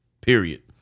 period